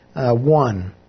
one